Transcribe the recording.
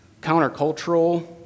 countercultural